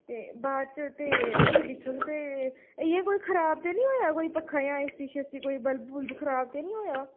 ते बाद च ते फ्ही दिक्खङ ते इ'यां कोई खराब ते निं होएआ कोई पक्खा जां एसी शेसी कोई बल्ब बुल्ब खराब ते निं होएआ